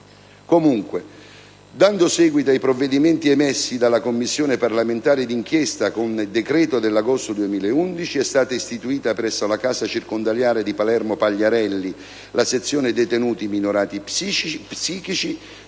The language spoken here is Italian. Comunque, dando seguito ai provvedimenti emessi dalla Commissione parlamentare d'inchiesta, con decreto dell'agosto 2011 è stata istituita presso la casa circondariale di Palermo Pagliarelli la "sezione detenuti minorati psichici",